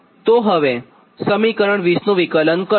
તો હવે તમે સમીકરણ 20 નું વિકલન કરો